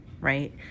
right